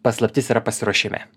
paslaptis yra pasiruošime